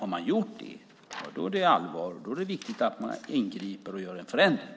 Har man gjort det är det allvar. Då är det viktigt att man ingriper och gör en förändring.